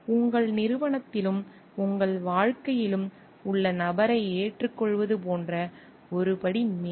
உங்கள் நிறுவனத்திலும் உங்கள் வாழ்க்கையிலும் உள்ள நபரை ஏற்றுக்கொள்வது போன்ற ஒரு படி மேலே